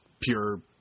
pure